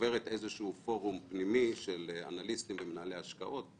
עוברת איזה שהוא פורום פנימי של אנליסטים ומנהלי השקעות.